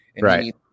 Right